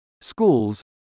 schools